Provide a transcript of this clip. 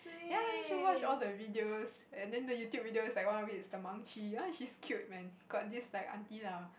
ya then she watch all the videos and then the YouTube videos like one of it is the Maangchi ya she's cute man got this like aunty lah